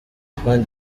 cote